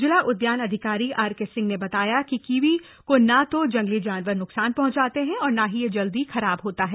जिला उद्यान अधिकारी आरके सिंह ने बताया कि कीवी को न तो जंगली जानवर नुकसान पहंचाते हैं और न ही ये जल्दी खराब होता है